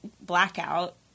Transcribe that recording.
blackout